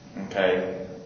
Okay